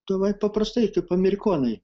davai paprastai kaip amerikonai